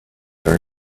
are